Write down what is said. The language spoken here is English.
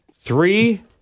Three